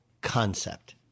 concept